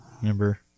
remember